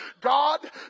God